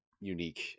unique